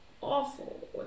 awful